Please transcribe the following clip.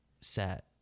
set